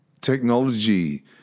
technology